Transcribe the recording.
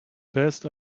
best